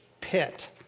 pit